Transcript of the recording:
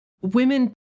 women